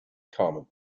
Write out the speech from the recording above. common